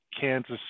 Kansas